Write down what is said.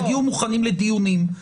תגיעו מוכנים לדיונים.